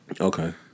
Okay